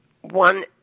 one